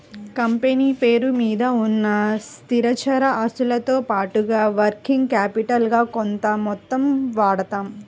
company పేరు మీద ఉన్న స్థిరచర ఆస్తులతో పాటుగా వర్కింగ్ క్యాపిటల్ గా కొంత మొత్తం వాడతాం